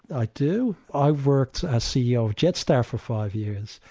i do. i worked as ceo of jetstar for five years,